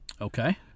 Okay